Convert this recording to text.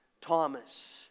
Thomas